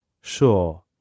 sure